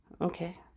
Okay